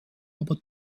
aber